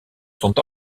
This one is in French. sont